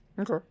Okay